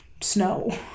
snow